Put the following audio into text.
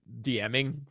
DMing